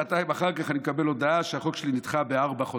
שעתיים אחר כך אני מקבל הודעה שהחוק שלי נדחה בארבעה חודשים.